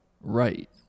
right